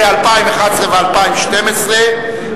ל-2011 2012,